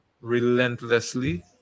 relentlessly